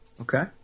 Okay